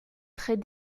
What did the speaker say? très